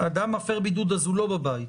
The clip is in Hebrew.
אדם מפר בידוד אז הוא לא בבית.